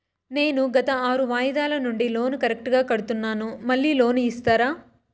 నేను గత ఆరు వాయిదాల నుండి లోను కరెక్టుగా కడ్తున్నాను, మళ్ళీ లోను ఇస్తారా?